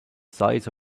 size